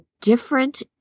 different